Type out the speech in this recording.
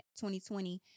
2020